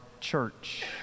church